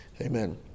Amen